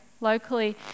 locally